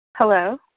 Hello